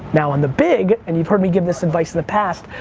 now on the big, and you've heard me give this advice in the past,